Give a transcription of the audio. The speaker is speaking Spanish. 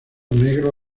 negro